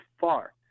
far